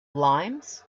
limes